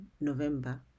November